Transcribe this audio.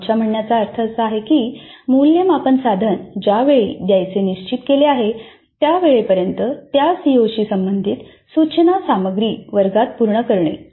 आमच्या म्हणण्याचा अर्थ असा आहे की मूल्यमापन साधन ज्यावेळी द्यायचे निश्चित केले आहे त्या वेळपर्यंत त्या सीओशी संबंधित सूचना सामग्री वर्गात पूर्ण करणे